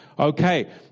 Okay